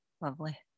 Lovely